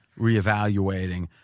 reevaluating